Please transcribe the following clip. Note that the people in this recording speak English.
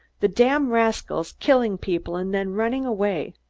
the damned rascals killing people and then running away.